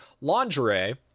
lingerie